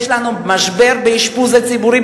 יש לנו משבר באשפוז הציבורי,